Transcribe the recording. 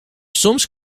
soms